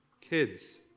Kids